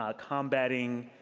um combat being